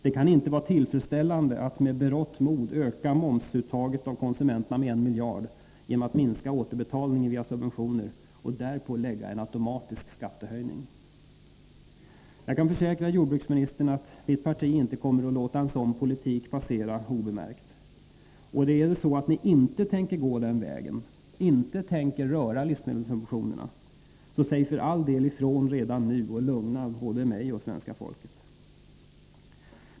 Det kan inte vara tillfredsställande att med berått mod öka momsuttaget av konsumenterna med en miljard genom att minska återbetalningen via subventioner, och därpå lägga en automatisk skattehöjning. Jag kan försäkra jordbruksministern att mitt parti inte kommer att låta en sådan politik passera obemärkt. Och är det så att ni inte tänker gå den vägen, inte tänker röra livsmedelssubventionerna, så säg för all del ifrån redan nu och lugna både mig och svenska folket.